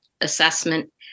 assessment